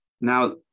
Now